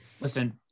Listen